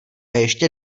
ještě